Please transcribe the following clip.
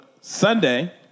Sunday